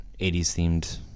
80s-themed